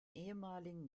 ehemaligen